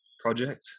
project